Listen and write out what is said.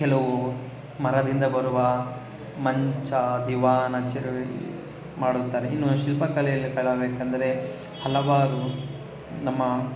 ಕೆಲವು ಮರದಿಂದ ಬರುವ ಮಂಚ ದಿವಾನ ಮಾಡುತ್ತಾರೆ ಇನ್ನು ಶಿಲ್ಪಕಲೆಯಲ್ಲಿ ಬೇಕೆಂದರೆ ಹಲವಾರು ನಮ್ಮ